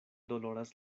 doloras